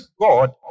God